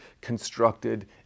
constructed